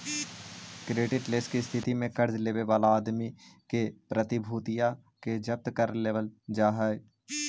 creditless के स्थिति में कर्ज लेवे वाला आदमी के प्रतिभूतिया के जब्त कर लेवल जा हई